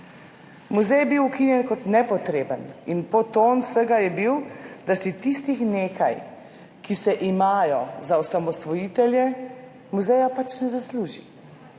Muzej je bil ukinjen kot nepotreben in podton vsega je bil, da si tistih nekaj, ki se imajo za osamosvojitelje, muzeja pač ne zasluži.